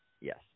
yes